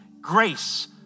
grace